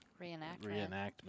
reenactment